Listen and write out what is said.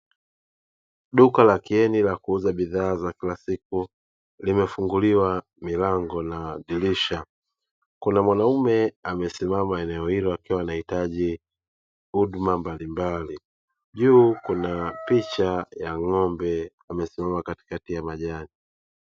Duka la Kieni la kuuza bidhaa za kila siku limefunguliwa milango na madirisha, kuna mwanaume amesimama eneo hilo akiwa anahitaji huduma mbalimbali. Juu kuna picha ya ng’ombe amesimama katikati ya majani.